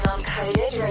Uncoded